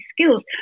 skills